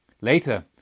Later